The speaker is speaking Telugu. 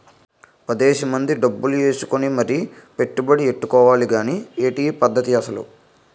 పదేసి మంది డబ్బులు ఏసుకుని మరీ పెట్టుబడి ఎట్టుకోవాలి గానీ ఏటి ఈ పద్దతి అసలు?